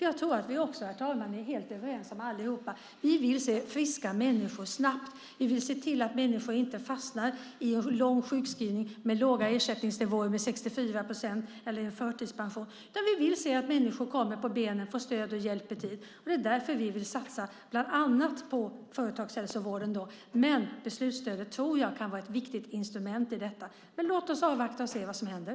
Jag tror att vi allihopa också, herr talman, är helt överens om att vi vill se friska människor snabbt och att vi vill se till att människor inte fastnar i en lång sjukskrivning med låga ersättningsnivåer på 64 procent eller i förtidspension. Vi vill se att människor kommer på benen och får stöd och hjälp i tid. Det är därför vi vill satsa bland annat på företagshälsovården, men beslutsstödet tror jag kan vara ett viktigt instrument i detta. Låt oss avvakta och se vad som händer.